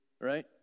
right